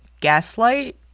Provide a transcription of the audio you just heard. gaslight